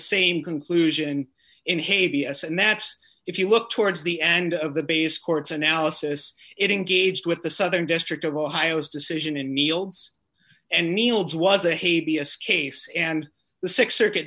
same conclusion in hay vs and that's if you look towards the end of the base court's analysis it engaged with the southern district of ohio's decision in meals and meals was a b s case and the six circuit